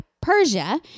Persia